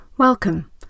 Welcome